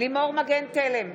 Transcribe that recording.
לימור מגן תלם,